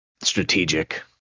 strategic